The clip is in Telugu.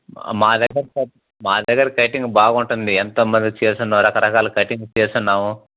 మా దగ్గర కటింగ్ మా దగ్గర కటింగ్ బాగుంటుంది ఎంతోమందికి చేసున్నం రకరకాల కటింగ్లు చేసున్నాము